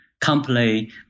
company